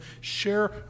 share